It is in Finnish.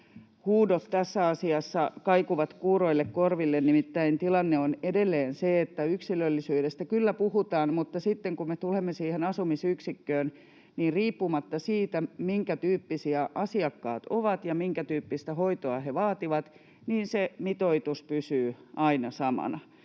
huudot tässä asiassa kaikuvat kuuroille korville. Nimittäin tilanne on edelleen se, että yksilöllisyydestä kyllä puhutaan, mutta sitten kun me tulemme siihen asumisyksikköön, niin riippumatta siitä, minkätyyppisiä asiakkaat ovat ja minkätyyppistä hoitoa he vaativat, se mitoitus pysyy aina samana.